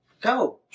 Go